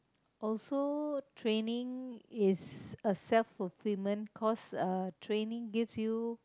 also training is a self fulfillment course uh training gives you